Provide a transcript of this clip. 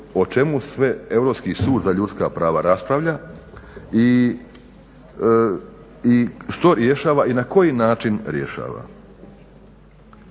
o čemu sve Europski sud za ljudska prava raspravlja i što rješava i na koji način rješava.